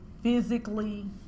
physically